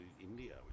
India